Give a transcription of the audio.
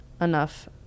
enough